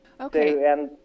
Okay